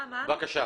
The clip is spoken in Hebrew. בבקשה,